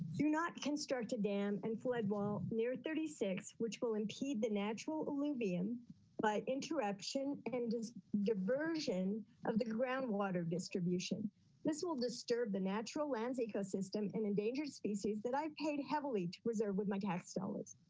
do not construct a dam and floodwall near thirty six which will impede the natural libyan by interruption and diversion of the groundwater distribution. lynn this will disturb the natural lands ecosystem and endangered species that i've paid heavily to preserve with my tax dollars.